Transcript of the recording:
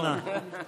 אנא,